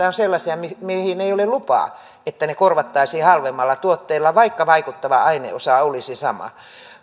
on sellaisia mihin mihin ei ole lupaa että ne korvattaisiin halvemmalla tuotteella vaikka vaikuttava aineosa olisi sama